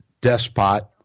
despot